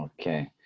Okay